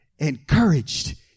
Encouraged